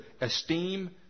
esteem